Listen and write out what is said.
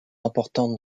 importante